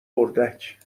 اردک